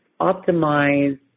optimize